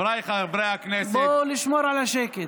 בואו נשמור על השקט.